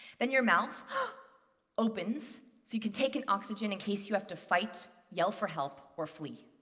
then your mouth huh opens so you can take in oxygen in case you have to fight, yell for help, or flee.